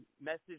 message